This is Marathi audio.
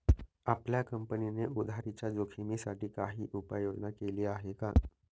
आपल्या कंपनीने उधारीच्या जोखिमीसाठी काही उपाययोजना केली आहे का?